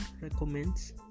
recommends